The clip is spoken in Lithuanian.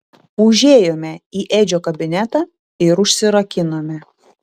užėjome į edžio kabinetą ir užsirakinome